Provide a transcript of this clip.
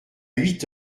huit